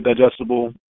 digestible